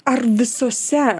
ar visose